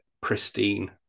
pristine